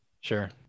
Sure